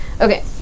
Okay